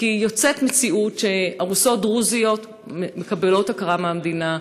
כי נוצרת מציאות שארוסות דרוזיות מקבלות הכרה מהמדינה,